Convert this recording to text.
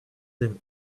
them